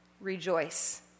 rejoice